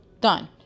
Done